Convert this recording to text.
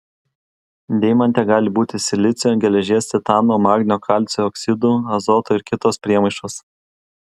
deimante gali būti silicio geležies titano magnio kalcio oksidų azoto ir kitos priemaišos